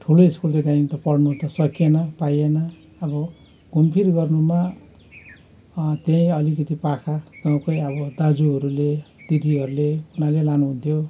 ठुलो स्कुल त त्यहाँदेखि त पढ्नु त सकिएन पाइएन अब घुमफिर गर्नुमा त्यही अलिकति पाखा गाउँकै अब दाजुहरूले दिदीहरूले उनीहरूले लानुहुन्थ्यो